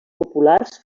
populars